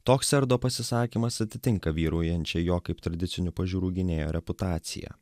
toks erdo pasisakymas atitinka vyraujančią jo kaip tradicinių pažiūrų gynėjo reputaciją